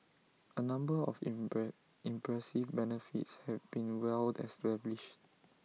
A number of impress impressive benefits have been well established